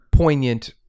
poignant